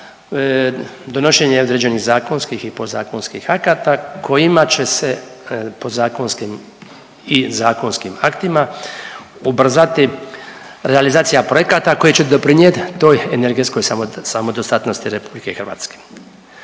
donošenje određenih zakonskih i podzakonskih akata kojima će se podzakonskim i zakonskim aktima ubrzati realizacija projekata koji će doprinijeti toj energetskoj samodostatnosti RH s jedne strane,